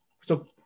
So-